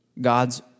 God's